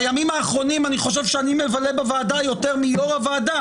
אני חושב שבימים האחרונים שאני מבלה בוועדה יותר מיושב ראש הוועדה